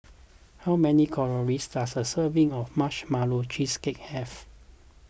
how many calories does a serving of Marshmallow Cheesecake have